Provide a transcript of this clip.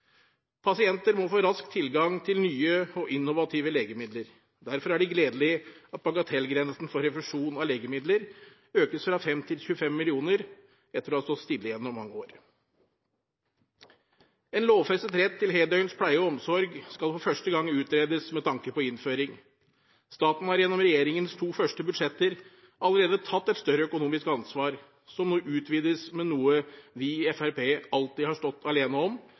Pasienter må få rask tilgang til nye og innovative legemidler. Derfor er det gledelig at bagatellgrensen for refusjon av legemidler økes fra 5 til 25 mill. kr, etter å ha stått stille gjennom mange år. En lovfestet rett til heldøgns pleie og omsorg skal for første gang utredes med tanke på innføring. Staten har gjennom regjeringens to første budsjetter allerede tatt et større økonomisk ansvar, som nå utvides med noe vi i Fremskrittspartiet alltid har stått alene om,